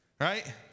Right